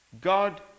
God